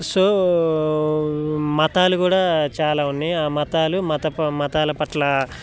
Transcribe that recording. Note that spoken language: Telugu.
సో మతాలు కూడా చాలా ఉన్నాయి ఆ మతాలు మత మతాల పట్ల